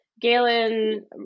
Galen